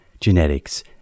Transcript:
genetics